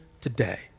today